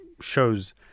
shows